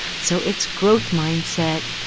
so it's growth mindset.